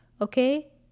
okay